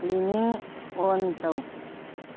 cleaning ꯑꯣꯟ ꯇꯧ